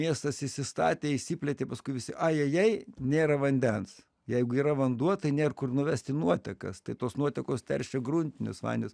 miestas išsistatė išsiplėtė paskui visi aja jai nėra vandens jeigu yra vanduo tai nėr kur nuvesti nuotekas tai tos nuotekos teršia gruntinius vandenis